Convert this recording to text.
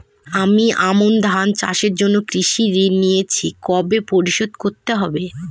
আমি আমন ধান চাষের জন্য কৃষি ঋণ নিয়েছি কবে পরিশোধ করতে হবে?